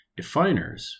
Definers